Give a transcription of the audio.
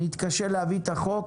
נתקשה להביא את החוק.